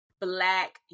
Black